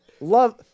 Love